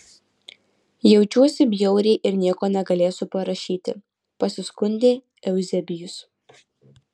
jaučiuosi bjauriai ir nieko negalėsiu parašyti pasiskundė euzebijus